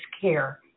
care